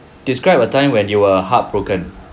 describe a time when you were heartbroken